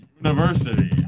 University